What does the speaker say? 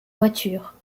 voiture